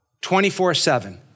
24-7